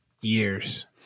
years